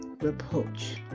reproach